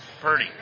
Purdy